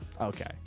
Okay